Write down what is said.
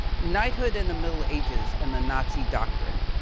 knighthood in the middle ages and the nazi doctrine.